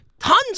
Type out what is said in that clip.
Tons